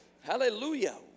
Hallelujah